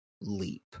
leap